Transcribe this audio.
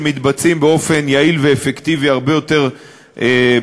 שנעשות באופן יעיל ואפקטיבי הרבה יותר מבעבר,